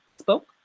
spoke